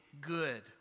good